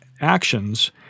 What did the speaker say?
actions